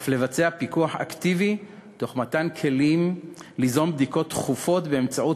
אף לבצע פיקוח אקטיבי תוך מתן כלים ליזום בדיקות תכופות באמצעות